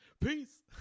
peace